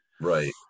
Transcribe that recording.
Right